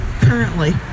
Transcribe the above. currently